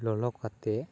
ᱞᱚᱞᱚ ᱠᱟᱛᱮᱫ